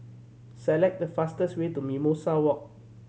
select the fastest way to Mimosa Walk